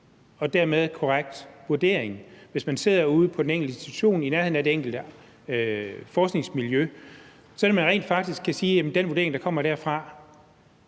og dermed korrekt vurdering, f.eks. hvis man sidder ude på den enkelte institution i nærheden af det enkelte forskningsmiljø, sådan at nogle faktisk kan sige, at den vurdering, der kommer derfra,